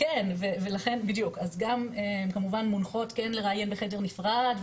אז גם כמובן מונחות כן לראיין בחדר נפרד,